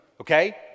okay